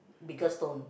biggest stone